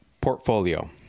portfolio